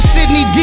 Sydney